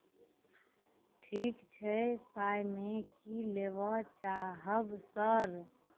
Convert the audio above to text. ठीक छै पाइमे की लेबऽ चाहब सर